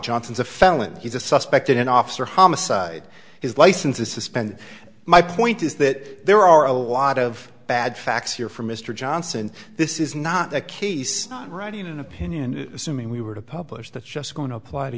johnson's a felon he's a suspect in officer homicide his license is suspended my point is that there are a lot of bad facts here for mr johnson this is not the case not writing an opinion and assuming we were to publish that's just going to apply to